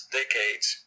decades